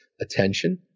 attention